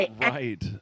Right